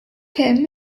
him